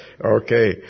okay